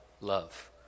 love